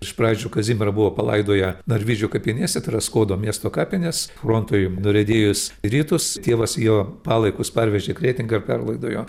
iš pradžių kazimierą buvo palaidoję narvydžių kapinėse tai yra skuodo miesto kapinės frontui nuriedėjus į rytus tėvas jo palaikus parvežė į kretingą ir perlaidojo